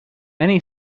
many